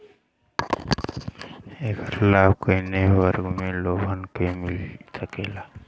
ऐकर लाभ काउने वर्ग के लोगन के मिल सकेला?